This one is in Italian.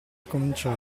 cominciare